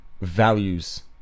values